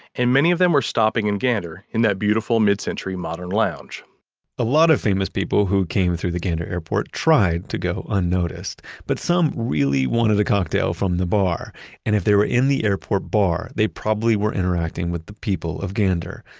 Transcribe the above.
and many of them were stopping in gander, in that beautiful mid-century modern lounge a lot of famous people who came through the gander airport tried to go unnoticed. but some really wanted a cocktail from the bar and if they were in the airport bar, they probably were interacting with the people of gander.